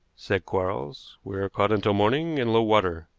said quarles. we are caught until morning and low-water.